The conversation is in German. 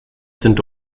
sind